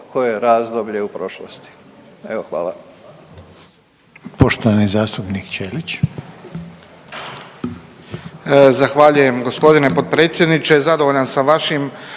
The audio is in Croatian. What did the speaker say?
koje razdoblje u prošlosti. Evo, hvala.